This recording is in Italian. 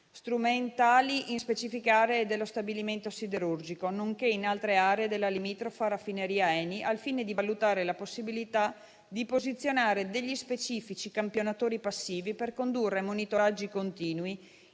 strumentali in specifiche aree dello stabilimento siderurgico, nonché in altre aree della limitrofa raffineria ENI, al fine di valutare la possibilità di posizionare specifici campionatori passivi per condurre monitoraggi continui